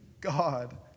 God